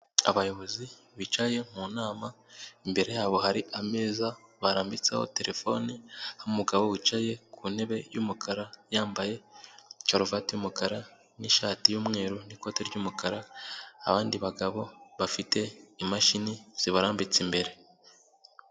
Abayobozi bicaye mu nama imbere yabo hari ameza barambitseho terefone, umugabo wicaye ku ntebe y'umukara, yambaye karuvati y'umukara n'ishati y'umweru n'ikoti ry'umukara, abandi bagabo bafite imashini zibarambitse imbere.